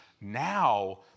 Now